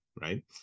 right